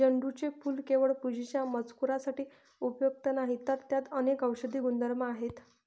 झेंडूचे फूल केवळ पूजेच्या मजकुरासाठी उपयुक्त नाही, तर त्यात अनेक औषधी गुणधर्म आहेत